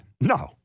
No